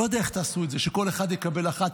אני לא יודע איך תעשו את זה, שכל אחד יקבל אחת.